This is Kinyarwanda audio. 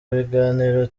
biganiro